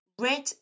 Red